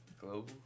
Global